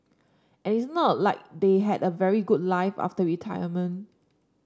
and it's not like they had a very good life after retirement